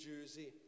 Jersey